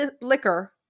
liquor